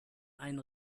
ein